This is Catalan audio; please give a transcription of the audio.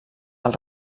del